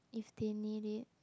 if they need it